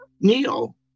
Neil